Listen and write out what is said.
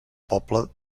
poble